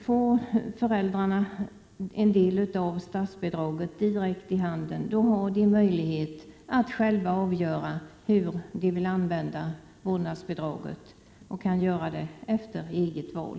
Får föräldrarna en del av statsbidraget direkt i handen, har de möjlighet att själva avgöra hur de vill använda vårdnadsbidraget och kan också använda det efter eget val.